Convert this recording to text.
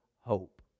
hope